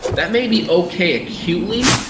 that may be okay acutely,